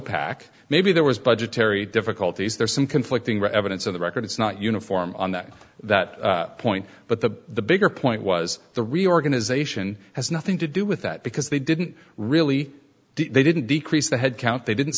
pack maybe there was budgetary difficulties there are some conflicting revenants of the record it's not uniform on that that point but the bigger point was the reorganization has nothing to do with that because they didn't really they didn't decrease the headcount they didn't